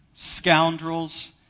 scoundrels